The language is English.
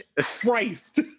christ